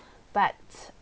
but